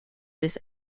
this